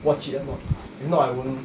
watch it or not if not I won't